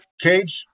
cage